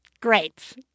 Great